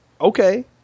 Okay